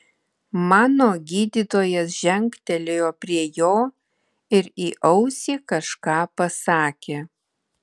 mano gydytojas žengtelėjo prie jo ir į ausį kažką pasakė